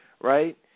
Right